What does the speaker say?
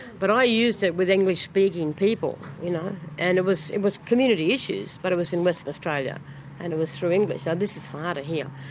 but i used it with english speaking people you know and it was it was community issues but it was in western australia and it was through english. this is harder here,